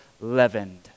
leavened